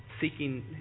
seeking